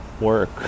work